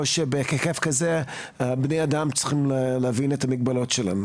שבהיקף כזה בני אדם צריכים להבין את המגבלות שלהם?